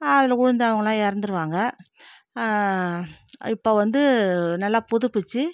ஆ அதில் விழுந்து அவர்களாம் இறந்துருவாங்க இப்போ வந்து நல்லா புதுப்பிச்சு